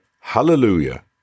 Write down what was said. hallelujah